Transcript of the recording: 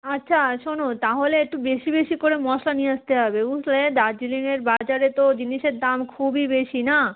আচ্ছা শোনো তাহলে একটু বেশি বেশি করে মশা নিয়ে আসতে হবে উ তো দার্জিলিংয়ের বাজারে তো জিনিসের দাম খুবই বেশি না